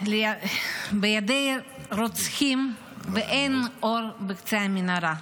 בידי רוצחים, ואין אור בקצה המנהרה.